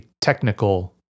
technical